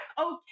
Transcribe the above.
okay